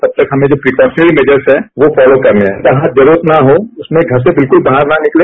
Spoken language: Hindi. तब तक हमें जो प्रीक्योरानरी मेजर्स है यो फोलो करने हैं जहां जरुस्त न शो उसमें पर से बिल्कल बाहर न निकले